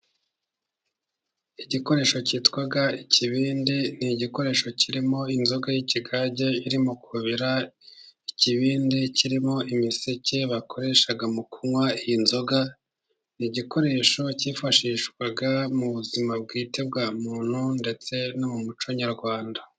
Igikoresho cyitwa ikibindi, ni igikoresho kirimo inzoga y'ikigage irimo kubira, ikibindi kirimo imiseke bakoresha mu kunywa iyi nzoga, igikoresho cyifashishwa mu buzima bwite bwa muntu, ndetse no mu muco nyarwanda.